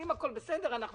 ואם הכול בסדר אנחנו